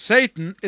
Satan